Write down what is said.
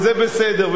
וזה בסדר.